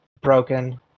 broken